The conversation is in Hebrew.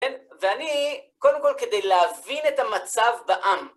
ואני, קודם כל כדי להבין את המצב בעם.